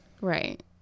right